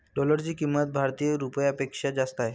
डॉलरची किंमत भारतीय रुपयापेक्षा जास्त आहे